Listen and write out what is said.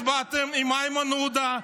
הצבעתם עם איימן עודה,